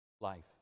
Life